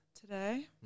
today